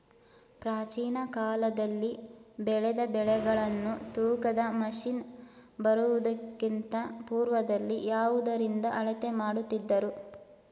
ಪ್ರಾಚೀನ ಕಾಲದಲ್ಲಿ ಬೆಳೆದ ಬೆಳೆಗಳನ್ನು ತೂಕದ ಮಷಿನ್ ಬರುವುದಕ್ಕಿಂತ ಪೂರ್ವದಲ್ಲಿ ಯಾವುದರಿಂದ ಅಳತೆ ಮಾಡುತ್ತಿದ್ದರು?